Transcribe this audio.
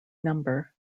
number